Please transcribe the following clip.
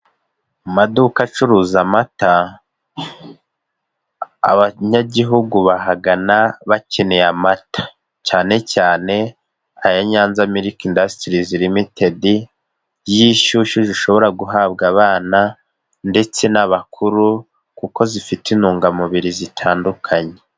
Amaduka acuruza amata, abanyagihugu bahagana bakeneye amata, cyane cyane aya Nyanza Milk Industries Limited y'inshyushyu zishobora guhabwa abana ndetse n'abakuru kuko zifite intungamubiri zitandukanye.